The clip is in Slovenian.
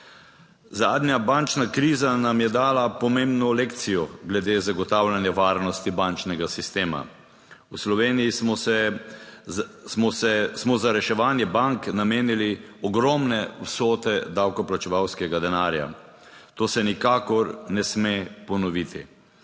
Zadnja bančna kriza nam je dala pomembno lekcijo glede zagotavljanja varnosti bančnega sistema. V Sloveniji smo se za reševanje bank namenili ogromne vsote davkoplačevalskega denarja. To se nikakor ne sme ponoviti